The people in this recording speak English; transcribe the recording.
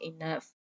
enough